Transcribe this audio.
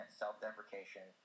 self-deprecation